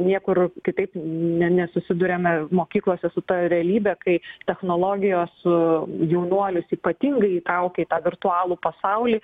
niekur kitaip ne nesusiduriame mokyklose su ta realybe kai technologijos jaunuolius ypatingai įtraukia virtualų pasaulį